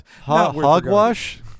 Hogwash